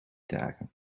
dagen